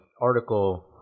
article